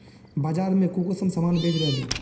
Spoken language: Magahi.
बाजार में कुंसम सामान बेच रहली?